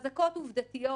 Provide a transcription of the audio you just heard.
חזקות עובדתיות